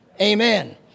Amen